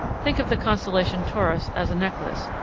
think of the constellation taurus as a necklace,